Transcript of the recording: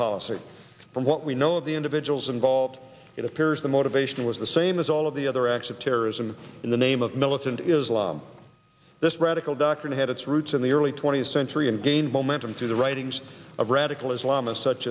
policy from what we know of the individuals involved it appears the motivation was the same as all of the other acts of terrorism in the name of militant islam this radical doctrine had its roots in the early twentieth century and gained momentum through the writings of radical islam and such